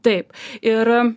taip ir